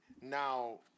now